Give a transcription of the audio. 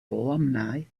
alumni